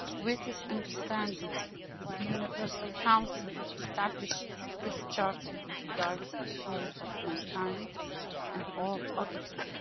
with this understanding the universal council establishes this charter to guide the soul of mankind and all others,